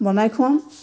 বনাই খুৱাওঁ